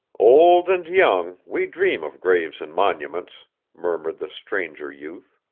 old and young, we dream of graves and monuments murmured the stranger youth.